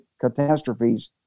catastrophes